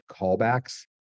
callbacks